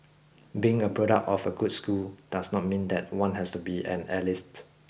being a product of a good school does not mean that one has to be an elitist